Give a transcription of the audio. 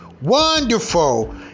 wonderful